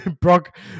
Brock